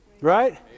Right